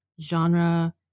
genre